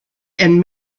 and